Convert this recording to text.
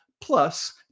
plus